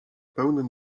pełnym